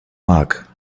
mag